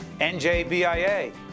NJBIA